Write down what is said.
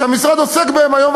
שהמשרד עוסק בהם היום,